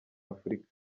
afurika